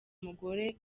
mugore